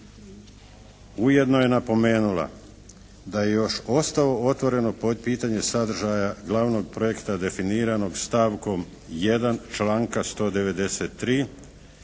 Ujedno je napomenula da je još ostalo otvoreno podpitanje sadržaja glavnog projekta definiranog stavkom 1.